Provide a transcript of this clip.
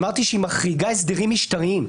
אמרתי שהיא מחריגה הסדרים משטריים.